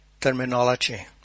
terminology